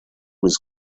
was